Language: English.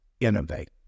Innovate